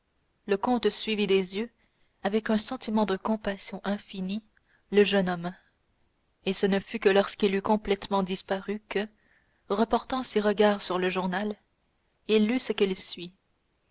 le comte suivit des yeux avec un sentiment de compassion infinie le jeune homme et ce ne fut que lorsqu'il eut complètement disparu que reportant ses regards sur le journal il lut ce qui suit